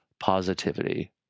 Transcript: positivity